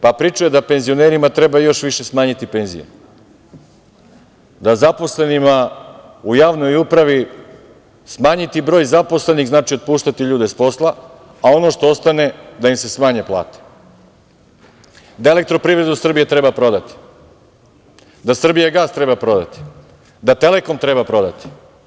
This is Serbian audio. Pričao je da penzionerima treba još više smanjiti penzije, da zaposlenima u javnoj upravi, smanjiti broj zaposlenih znači otpuštati ljude s posla, a ono što ostane da im se smanje plate, da „Elektroprivredu Srbije“ treba prodati, da „Srbijagas“ treba prodati, da „Telekom“ treba prodati.